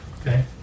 okay